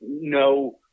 no